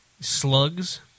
Slugs